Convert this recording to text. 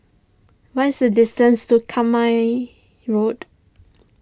once the distance to Rambai Road